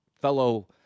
fellow